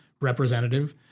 representative